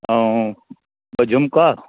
ऐं ॿ झुमिका